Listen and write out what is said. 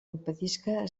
impedisca